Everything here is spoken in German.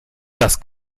das